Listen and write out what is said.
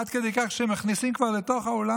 עד כדי כך שהם כבר מכניסים לתוך האולם